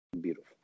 Beautiful